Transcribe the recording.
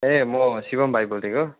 ए म शिवम भाइ बोलेको